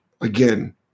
Again